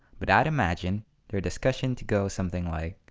but i'd imagine their discussion to go something like hs